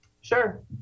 sure